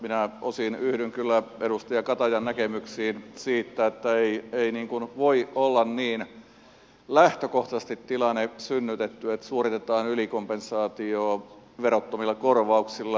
minä osin yhdyn kyllä edustaja katajan näkemyksiin siitä että ei voi olla lähtökohtaisesti tilanne niin synnytetty että suoritetaan ylikompensaatiota verottomilla korvauksilla